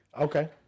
Okay